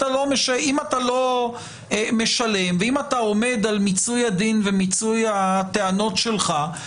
תעמוד על מיצוי הדין ומיצוי הטענות שלך,